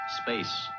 Space